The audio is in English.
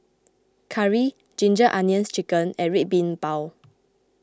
Curry Ginger Onions Chicken and Red Bean Bao